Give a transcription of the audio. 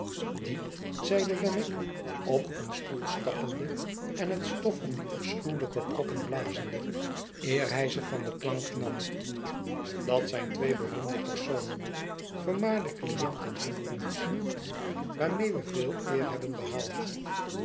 die zeide wemmick op een stoel stappende en het stof van die afschuwelijke koppen blazende eer hij ze van de plank nam dat zijn twee beroemde personen vermaarde clienten van ons waarmee we veel eer hebben behaald